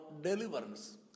deliverance